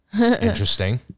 interesting